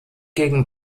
gegen